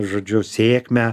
žodžiu sėkmę